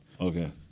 Okay